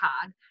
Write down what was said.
card